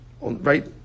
Right